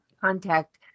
Contact